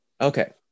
Okay